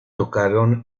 tocaron